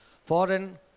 Foreign